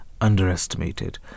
underestimated